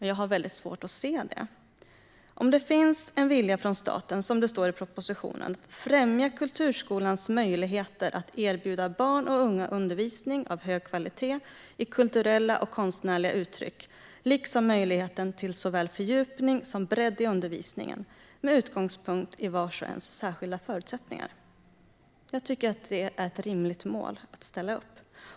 Jag har väldigt svårt att se det om det finns en vilja från staten, som det står i propositionen, "att främja kulturskolans möjligheter att erbjuda barn och unga undervisning av hög kvalitet i kulturella och konstnärliga uttryckssätt, liksom möjligheterna till såväl fördjupning som bredd i undervisningen med utgångspunkt i vars och ens särskilda förutsättningar". Jag tycker att det är ett rimligt mål att ställa upp.